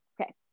Okay